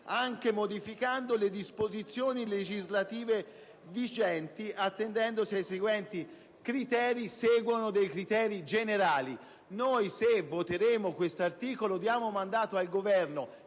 anche modificando le disposizioni legislative vigenti, attendendosi ai seguenti criteri»; seguono criteri generali. Se approveremo questo articolo, daremo mandato al Governo